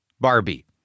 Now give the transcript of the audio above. Barbie